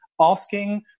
asking